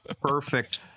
perfect